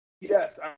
Yes